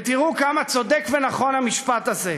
ותראו כמה צודק ונכון המשפט הזה.